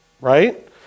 right